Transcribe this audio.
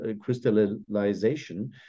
crystallization